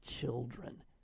children